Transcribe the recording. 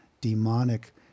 demonic